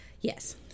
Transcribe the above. Yes